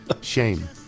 Shame